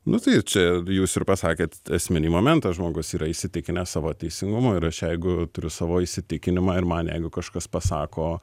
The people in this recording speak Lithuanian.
nu tai čia jūs ir pasakėt esminį momentą žmogus yra įsitikinęs savo teisingumu ir aš jeigu turiu savo įsitikinimą ir man jeigu kažkas pasako